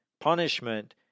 punishment